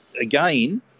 again